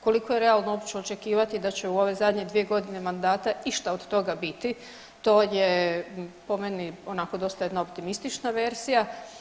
Koliko je realno uopće očekivati da će u ove zadnje 2 godine mandata išta od toga biti, to je po meni onako dosta jedna optimistična verzija.